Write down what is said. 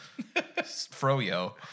Froyo